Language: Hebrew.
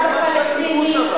אמרת "כיבוש"?